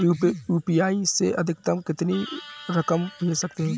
UPI से अधिकतम कितनी रकम भेज सकते हैं?